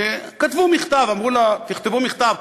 כתבו מכתב, אמרו: תכתבו מכתב.